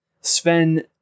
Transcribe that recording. Sven